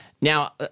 Now